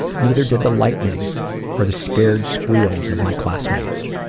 neither did the lightning or the scared squeals of my classmates.